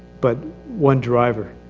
but one driver.